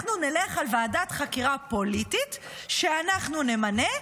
אנחנו נלך על ועדת חקירה פוליטית שאנחנו נמנה,